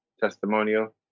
testimonial